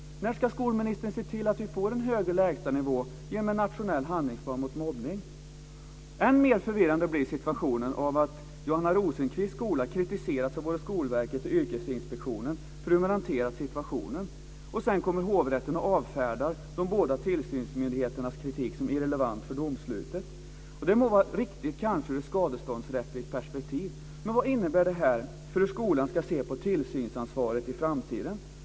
När ska skolministern se till att vi får en högre lägstanivå genom en nationell handlingsplan mot mobbning? Än mer förvirrande blir situationen av att Johanna Rosenqvists skola kritiserats av både Skolverket och Yrkesinspektionen för hur man hanterat situationen, och sedan kommer hovrätten och avfärdar de båda tillsynsmyndigheternas kritik som irrelevant för domslutet. Det må kanske vara riktigt ur ett skadeståndsrättsligt perspektiv, men vad innebär det för hur skolan ska se på tillsynsansvaret i framtiden?